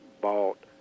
bought